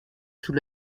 sous